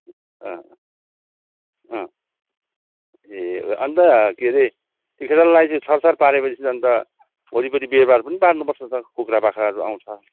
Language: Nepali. अँ अँ ए अन्त के अरे ती खेताला लाएपछि छरछार पारेपछि त अनि त वरिपरि बेरबार पनि पार्नुपर्छ त कुखुरा बाख्राहरू आउँछ